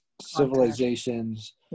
civilizations